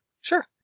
Sure